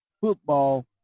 football